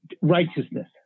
righteousness